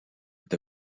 est